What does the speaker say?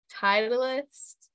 Titleist